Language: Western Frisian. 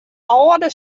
âlde